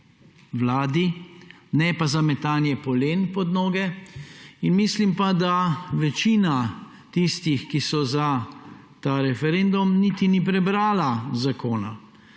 vladi, ne pa za metanje polen pod noge. Mislim, da večina tistih, ki so za ta referendum, niti ni prebrala zakona.